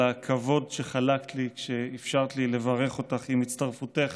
על הכבוד שחלקת לי כשאפשרת לי לברך אותך עם הצטרפותך